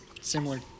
similar